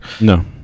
No